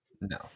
no